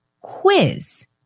quiz